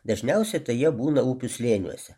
dažniausiai tai jie būna upių slėniuose